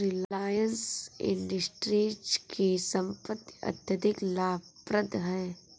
Reliance Industries की संपत्ति अत्यधिक लाभप्रद है